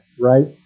right